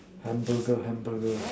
hamburger hamburger